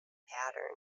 pattern